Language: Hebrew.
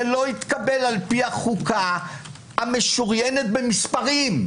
זה לא התקבל על פי החוקה המשוריינת במספרים.